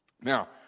Now